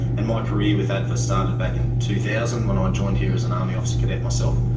and my career with adfa started back in two thousand when i joined here as an army officer cadet myself.